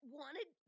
wanted